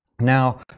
Now